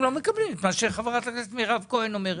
לא מקבלים את מה שחברת הכנסת מירב כהן אומרת?